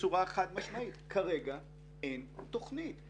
בצורה חד משמעית שכרגע אין תוכנית.